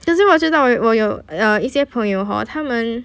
可是我知道我我有 uh 一些朋友 hor 他们